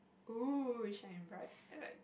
oh shine bright like